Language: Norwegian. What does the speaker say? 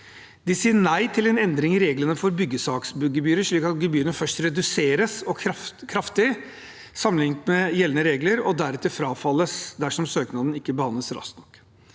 De sier nei til en endring i reglene for byggesaksgebyrer, slik at gebyrene først reduseres kraftig sammenlignet med gjeldende regler og deretter frafalles dersom søknaden ikke behandles raskt nok.